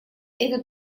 эта